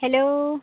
hello